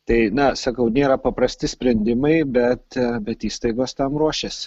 tai na sakau nėra paprasti sprendimai bet bet įstaigos tam ruošiasi